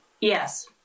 Yes